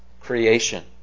Creation